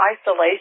isolation